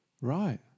right